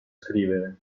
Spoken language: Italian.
scrivere